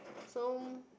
so